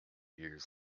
years